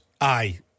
Aye